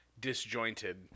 disjointed